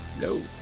no